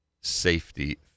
safety